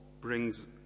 brings